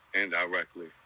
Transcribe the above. indirectly